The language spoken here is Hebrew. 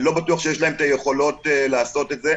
אני לא בטוח שיש להם את היכולות לעשות את זה.